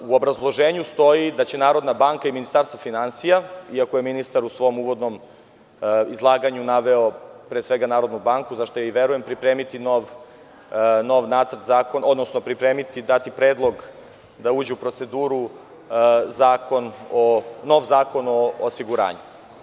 U obrazloženju stoji da će Narodna banka i Ministarstvo finansija, iako je ministar u svom uvodnom izlaganju naveo pre svega Narodnu banku, za šta i verujem, da će pripremiti i dati predlog da uđe u proceduru nov zakon o osiguranju.